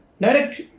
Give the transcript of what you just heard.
Direct